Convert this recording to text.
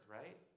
right